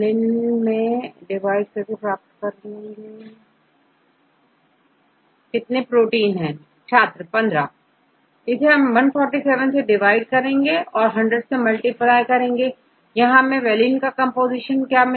छात्र 15 इसे 147 डिवाइड करते हैं और 100 से मल्टिप्लाई करते हैंvaline का कंपोजीशन क्या है